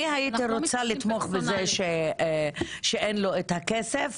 אני הייתי רוצה לתמוך בזה שאין לו את הכסף.